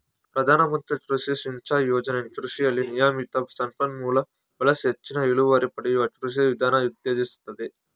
ಪ್ರಧಾನಮಂತ್ರಿ ಕೃಷಿ ಸಿಂಚಾಯಿ ಯೋಜನೆ ಕೃಷಿಯಲ್ಲಿ ನಿಯಮಿತ ಸಂಪನ್ಮೂಲ ಬಳಸಿ ಹೆಚ್ಚಿನ ಇಳುವರಿ ಪಡೆಯುವ ಕೃಷಿ ವಿಧಾನ ಉತ್ತೇಜಿಸ್ತದೆ